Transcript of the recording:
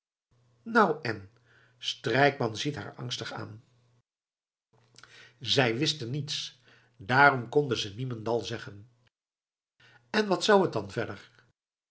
nou en strijkman ziet haar angstig aan zij wisten niets daarom konden ze niemendal zeggen en wat zou t dan verder